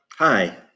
Hi